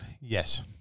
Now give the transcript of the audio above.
yes